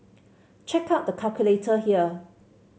check out the calculator here